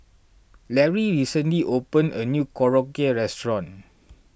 Larry recently opened a new Korokke restaurant